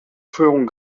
ferons